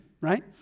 right